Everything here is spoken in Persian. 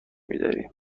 میداریم